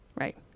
Right